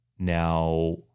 Now